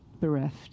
bereft